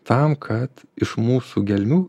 tam kad iš mūsų gelmių